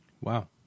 Wow